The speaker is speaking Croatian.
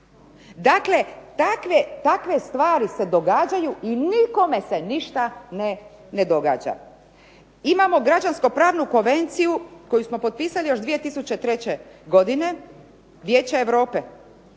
Dakle, takve stvari se događaju i nikome se ništa ne događa. Imamo građansko-pravnu konvenciju koju smo potpisali još 2003. godine Vijeća Europe